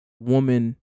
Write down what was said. woman